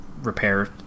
repair